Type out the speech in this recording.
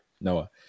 Noah